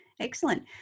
excellent